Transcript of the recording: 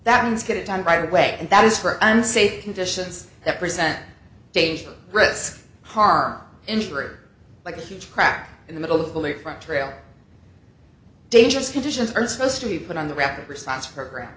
that means get it done right away and that is for unsafe conditions that present danger risk harm injury like a huge crack in the middle east front trail dangerous conditions are supposed to be put on the rapid response program